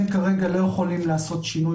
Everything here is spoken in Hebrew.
אם אני מבין נכון אתם כרגע לא יכולים לעשות שינוי